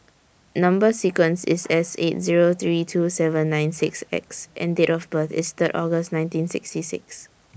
Number sequence IS S eight three two seven nine six X and Date of birth IS Third August nineteen sixty six